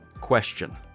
question